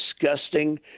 disgusting